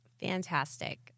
fantastic